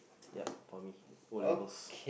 yup O-levels